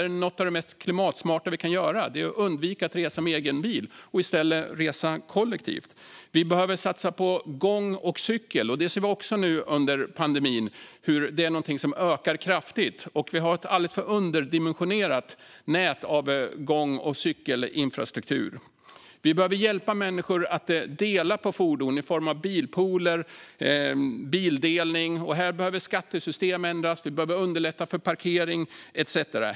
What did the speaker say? Något av det mest klimatsmarta vi kan göra är att undvika att resa med egen bil och i stället resa kollektivt. Vi behöver satsa på gång och cykel. Vi ser också nu under pandemin att det är någonting som ökar kraftigt. Vi har ett alldeles för underdimensionerat nät av gång och cykelinfrastruktur. Vi behöver hjälpa människor att dela på fordon i form av bilpooler och bildelning. Här behöver skattesystemen ändras. Vi behöver underlätta för parkering etcetera.